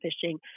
fishing